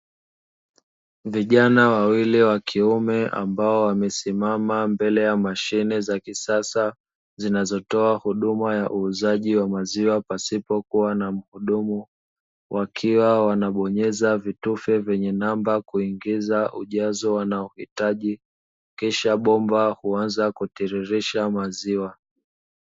Vijana wawili wa kiume ambao wamesimama mbele ya mashine za kisasa zinazotoa huduma ya uuzaji wa maziwa pasipokuwa na mhudumu wakiwa wanabonyeza vitufe vyenye namba kuingiza ujazo wanaohitaji kisha bomba huanza kutititisha maziwa.